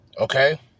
Okay